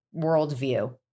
worldview